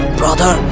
brother